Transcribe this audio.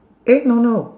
eh no no